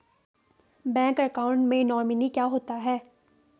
Bank account में nominee क्या होता है?